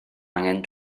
angen